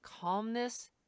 calmness